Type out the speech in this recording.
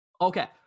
Okay